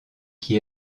qui